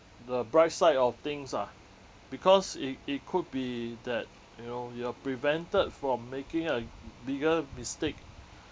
the bright side of things ah because it it could be that you know you are prevented from making a bigger mistake